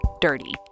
dirty